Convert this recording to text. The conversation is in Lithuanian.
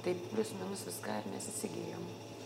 tai plius minus viską mes įsigijom